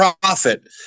profit